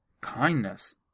kindness